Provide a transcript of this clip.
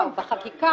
גם רוזנטל נמנע.